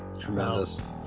Tremendous